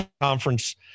conference